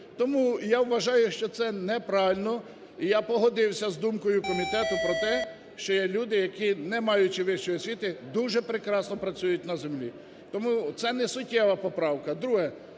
Тому я вважаю, що це неправильно і я погодився з думкою комітету про те, що є люди, які, не маючи вищої освіти, дуже прекрасно працюють на землі. Тому це не суттєва поправка.